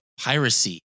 piracy